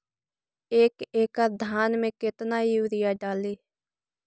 एक एकड़ धान मे कतना यूरिया डाली?